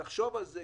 תחשוב על זה.